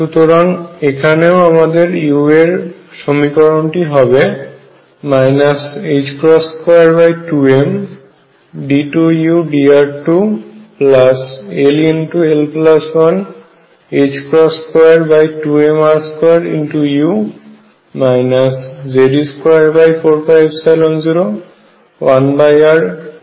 সুতরাং এখনো আমাদের u এর সমীকরণটি হবে 22md2udr2 ll122mr2u Ze24π01ruEu